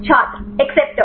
छात्र एक्सेप्टर